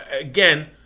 again